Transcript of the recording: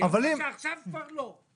היא אומרת שעכשיו כבר לא.